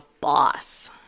boss